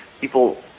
people